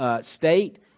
state